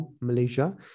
Malaysia